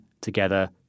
together